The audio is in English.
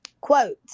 Quote